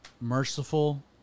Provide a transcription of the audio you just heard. merciful